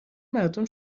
مردم